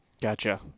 Gotcha